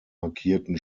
markierten